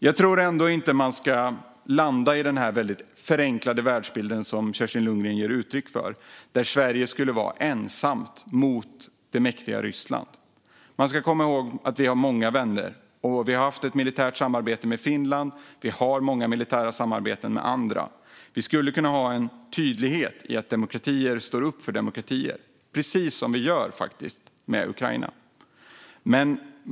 Jag tror ändå inte att man ska landa i den väldigt förenklade världsbilden som Kerstin Lundgren ger uttryck för där Sverige skulle vara ensamt mot det mäktiga Ryssland. Man ska komma ihåg att vi har många vänner. Vi har haft ett militärt samarbete med Finland, och vi har många militära samarbeten med andra. Vi skulle kunna ha en tydlighet i att demokratier står upp för demokratier, precis som vi gör med Ukraina.